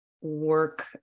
work